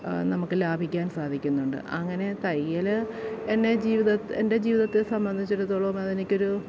നമുക്ക് ലാഭിക്കാൻ സാധിക്കുന്നുണ്ട് അങ്ങനെ തയ്യൽ എന്നെ ജീവിത എൻ്റെ ജീവിതത്തെ സംബന്ധിച്ചിടത്തോളം അതെനിക്ക് ഒരു